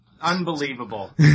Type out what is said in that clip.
Unbelievable